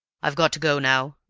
i've got to go now,